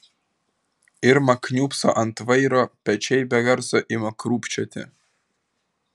irma kniūbso ant vairo pečiai be garso ima krūpčioti